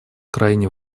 крайне